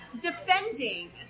defending